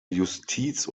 justiz